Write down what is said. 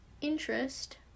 interest